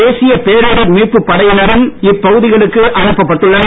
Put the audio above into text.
தேசிய பேரிடர் மீட்புப் படையினரும் இப்பகுதிகளுக்கு அனுப்பப் பட்டுள்ளனர்